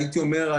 הייתי אומר,